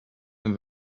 and